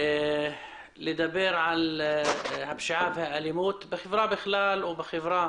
לדבר על הפשיעה והאלימות בחברה בכלל ובחברה